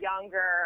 younger